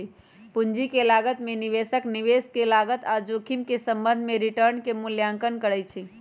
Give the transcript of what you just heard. पूंजी के लागत में निवेशक निवेश के लागत आऽ जोखिम के संबंध में रिटर्न के मूल्यांकन करइ छइ